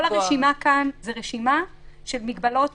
כל הרשימה כאן זו רשימה של מגבלות